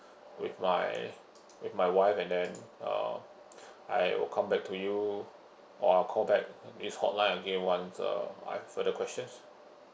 with my with my wife and then uh I will come back to you or I call back this hotline again once uh I have further questions